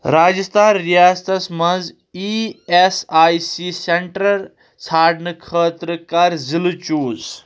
راجستان ریاستس منٛز E S I C centre ژھانرنہٕ خٲطرٕ کر ضلعہٕ چوز